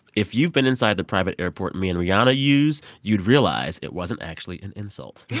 if you've been inside the private airport me and rihanna use, you'd realize it wasn't actually an insult